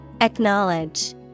Acknowledge